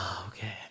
Okay